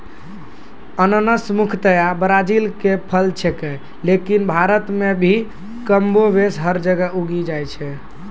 अनानस मुख्यतया ब्राजील के फल छेकै लेकिन भारत मॅ भी कमोबेश हर जगह उगी जाय छै